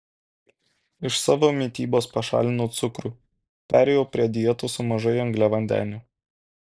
iš savo mitybos pašalinau cukrų perėjau prie dietos su mažai angliavandenių